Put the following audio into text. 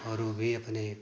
और ऊ भी अपने